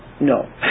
No